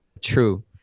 true